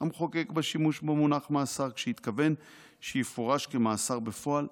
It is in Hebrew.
המחוקק בשימוש במונח "מאסר" כשהתכוון שיפורש כמאסר בפועל,